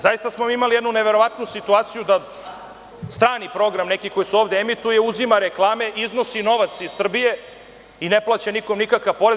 Zaista smo imali jednu neverovatnu situaciju da strani program koji se ovde emituje uzima reklame, iznosi novaca iz Srbije i ne plaća nikome nikakav porez.